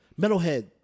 Metalhead